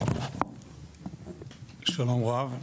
שלום רב,